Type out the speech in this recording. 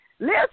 Listen